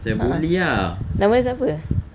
a'ah nama dia siapa